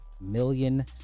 million